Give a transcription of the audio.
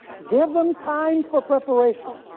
give them time for preparation,